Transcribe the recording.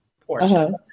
portion